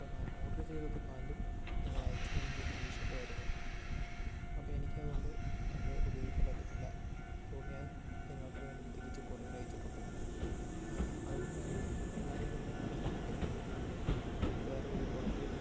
അപ്പം ഞാൻ ഓഡ്റ് ചെയ്തത് പാൻറ്റും നിങ്ങളയച്ച് തന്നത് ഒരു ടീഷട്ടുമായിരുന്നു അപ്പോൾ എനിക്കതുകൊണ്ട് അത് ഉപയോഗിക്കാൻ പറ്റത്തില്ല അത് കൊണ്ട് ഞാൻ നിങ്ങൾക്ക് തന്നെ തിരിച്ച് കൊറിയർ അയച്ചിട്ടുണ്ട് അതുകൊണ്ട് തന്നെ ഞാനിനി നിങ്ങളുടെ കമ്പനിയിൽനിന്ന് വേറെയൊരു പ്രൊഡക്റ്റ്